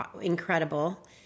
incredible